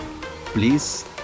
please